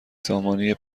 سامانه